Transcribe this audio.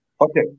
Okay